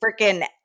freaking